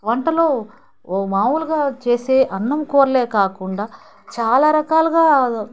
వంటలు మామూలుగా చేసే అన్నం కూరలే కాకుండా చాలా రకాలుగా